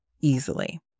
easily